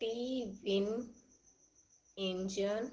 T win engine